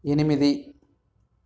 ఎనిమిది